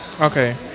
Okay